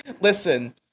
Listen